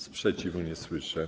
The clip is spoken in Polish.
Sprzeciwu nie słyszę.